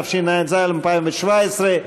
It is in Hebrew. התשע"ז 2017,